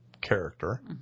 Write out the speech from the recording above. character